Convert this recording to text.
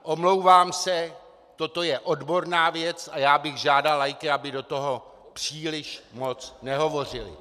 Omlouvám se, toto je odborná věc a já bych žádal laiky, aby do toho příliš moc nehovořili.